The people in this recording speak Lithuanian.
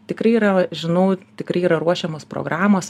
tikrai yra žinau tikrai yra ruošiamos programos